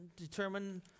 Determine